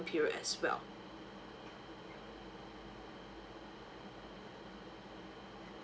period as well